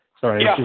Sorry